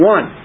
One